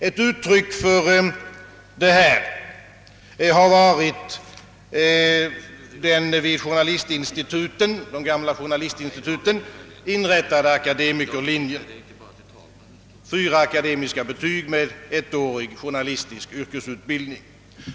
Ett uttryck härför har varit den vid de gamla journalistinstituten inrättade akademikerlinjen — fyra akademiska betyg med ettårig journalistisk yrkesutbildning.